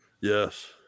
Yes